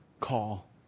call